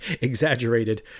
exaggerated